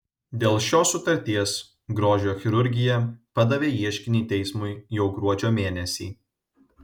dėl šios sutarties grožio chirurgija padavė ieškinį teismui jau gruodžio mėnesį